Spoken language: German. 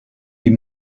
die